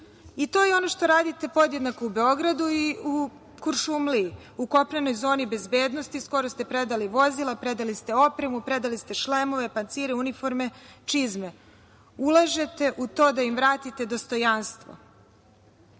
To je ono što radite podjednako u Beogradu i u Kuršumliji. U kopnenoj zoni bezbednosti skoro ste predali vozila, predali ste opremu, predali ste šlemove, pancire, uniforme, čizme. Ulažete u to da im vratite dostojanstvo.